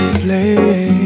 flame